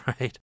right